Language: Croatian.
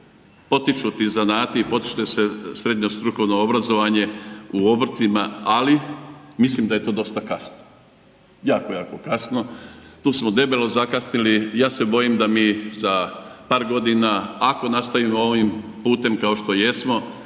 potiču ti zanati, potiče se srednje strukovno znanje u obrtima, ali mislim da je to dosta kasno, jako, jako kasno. Tu smo debelo zakasnili i ja se bojim da mi za par godina ako nastavimo ovim putem kao što jesmo